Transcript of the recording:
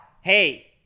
hey